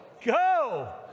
go